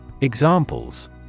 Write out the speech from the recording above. Examples